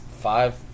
five